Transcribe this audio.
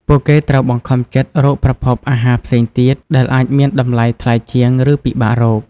ពួកគេត្រូវបង្ខំចិត្តរកប្រភពអាហារផ្សេងទៀតដែលអាចមានតម្លៃថ្លៃជាង ឬពិបាករក។